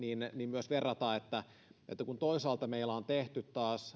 myös verrata siihen että kun toisaalta meillä on tehty